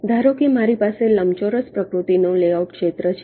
ધારો કે મારી પાસે લંબચોરસ પ્રકૃતિનો લેઆઉટ ક્ષેત્ર છે